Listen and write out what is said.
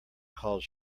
called